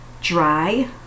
dry